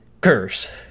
Curse